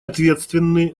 ответственны